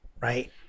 right